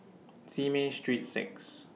Simei Street six